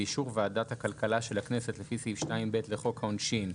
באישור ועדת הכלכלה של הכנסת לפי סעיף 2(ב) לחוק העונשין,